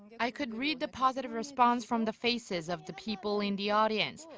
i could read the positive response from the faces of the people in the audience.